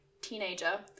teenager